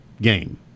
game